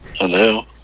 Hello